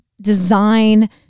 design